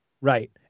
Right